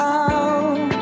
out